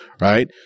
right